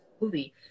movie